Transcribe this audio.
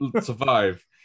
survive